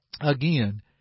Again